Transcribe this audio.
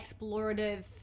explorative